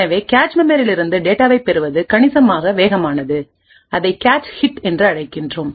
எனவே கேச்மெமரியில் இருந்து டேட்டாவை பெறுவது கணிசமாக வேகமானது அதை கேச் ஹிட் என்று அழைக்கிறோம்